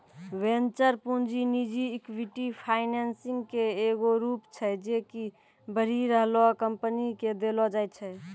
venture पूंजी निजी equity financing के एगो रूप छै जे कि बढ़ि रहलो कंपनी के देलो जाय छै